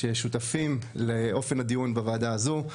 ששותפים לאופן הדיון בוועדה הזו,